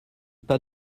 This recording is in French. pas